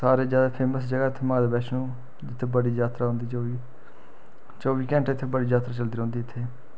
सारें ज्यादा फैमस्स जगह् इत्थें माता वैश्नो जित्थें बड़ी ज्यादा जात्तरा औंदी चौबी चौबी घैंटे इत्थें बड़ी जात्तरा चलदी रौंह्दी इत्थें